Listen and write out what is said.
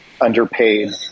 underpaid